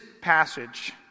passage